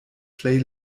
plej